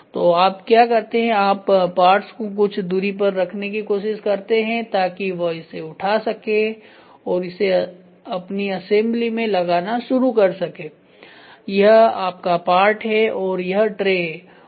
तो आप क्या करते हैं आप पार्ट्स को कुछ दूरी पर रखने की कोशिश करते हैं ताकि वह इसे उठा सके और इसे अपनी असेंबली में लगाना शुरू कर सके यह आपका पार्ट है और यह ट्रे है